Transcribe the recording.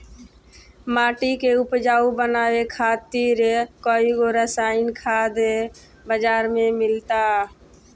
माटी के उपजाऊ बनावे खातिर कईगो रासायनिक खाद बाजार में मिलता